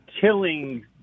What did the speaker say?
killing